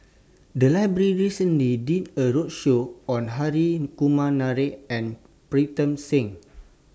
The Library recently did A roadshow on Hri Kumar Nair and Pritam Singh